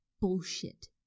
bullshit